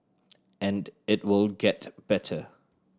and it will get better